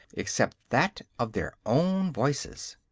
except that of their own voices.